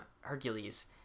Hercules